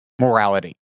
morality